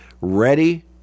ready